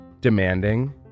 demanding